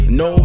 no